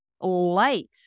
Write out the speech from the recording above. light